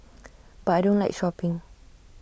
but I don't like shopping